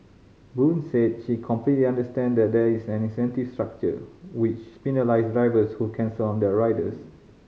Boon said she complete understand that there is an incentive structure which penalise drivers who cancel on their riders